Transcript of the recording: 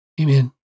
Amen